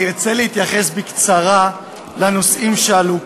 אני ארצה להתייחס בקצרה לנושאים שעלו כאן.